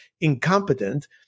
incompetent